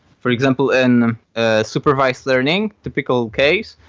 for example, in ah supervised learning, typical case,